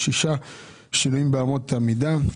שישה שינויים באמות המידה.